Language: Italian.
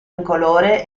incolore